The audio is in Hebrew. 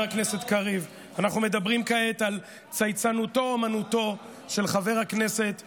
אנחנו מדברים כעת על צייצנותו אומנותו של חבר הכנסת הזה,